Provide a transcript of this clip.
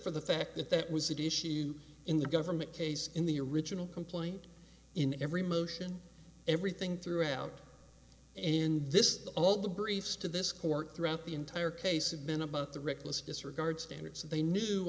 for the fact that that was an issue in the government case in the original complaint in every motion everything throughout in this all the briefs to this court throughout the entire case have been about the reckless disregard standards that they knew